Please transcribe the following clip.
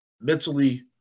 mentally